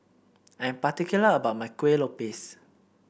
I'm particular about my Kueh Lopes